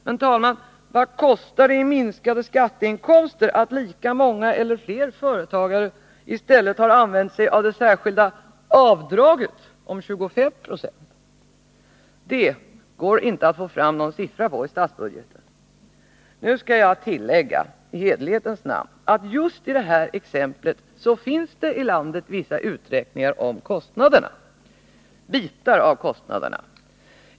Men, herr talman, vad kostar det i minskade skatteinkomster att lika många eller fler företagare i stället har använt sig av det särskilda avdraget om 25 96? Det går det inte att få fram någon siffra på i statsbudgeten. Nu skall jag i hederlighetens namn tillägga att i just detta exempel finns det vissa uträkningar om bitar av kostnaderna.